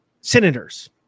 senators